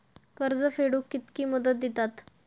कर्ज फेडूक कित्की मुदत दितात?